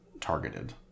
targeted